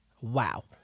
wow